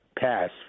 pass